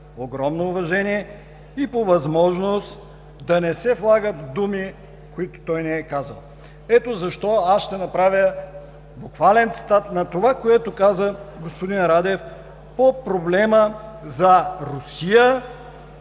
огромно уважение и по възможност да не се влагат думи, които той не е казал. Ето защо аз ще направя буквален цитат на това, което каза господин Радев по проблема за Русия